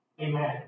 Amen